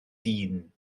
dyn